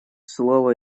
слово